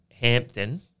Hampton